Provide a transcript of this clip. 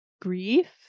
grief